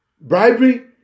bribery